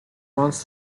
once